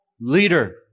leader